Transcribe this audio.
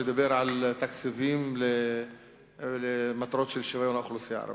ודיבר על תקציבים למטרות של שוויון האוכלוסייה הערבית.